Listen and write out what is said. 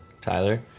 Tyler